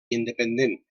independent